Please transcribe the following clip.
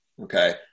Okay